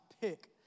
pick